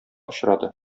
очрады